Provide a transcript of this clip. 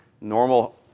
normal